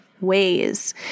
ways